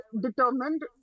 determined